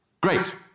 Great